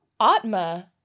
Atma